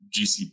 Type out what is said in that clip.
GCP